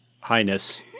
Highness